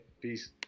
Peace